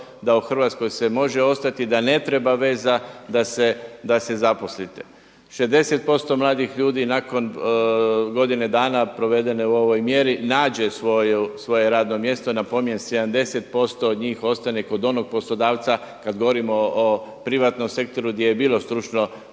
da u Hrvatskoj se može ostati, da ne treba veza da se zaposlite. 60% mladih ljudi nakon godine dana provedene u ovoj mjeri nađe svoje radno mjesto, napominjem 70% od njih ostane kod onog poslodavca kad govorimo o privatnom sektoru gdje je bilo stručno